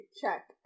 Check